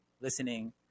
listening